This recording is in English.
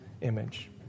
image